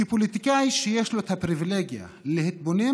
כפוליטיקאי שיש לו הפריבילגיה להתבונן